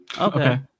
Okay